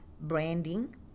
branding